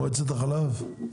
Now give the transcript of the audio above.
מועצת החלב בבקשה.